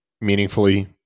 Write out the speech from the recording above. meaningfully